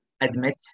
admit